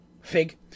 Fig